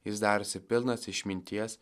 jis darėsi pilnas išminties